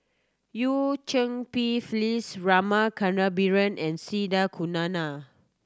Eu Cheng Pi Phyllis Rama Kannabiran and C the Kunalan